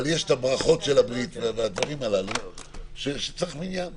אבל יש את הברכות של הברית והדברים האלה שבשבילם צריך מניין.